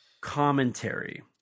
Commentary